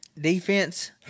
Defense